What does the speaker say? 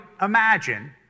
imagine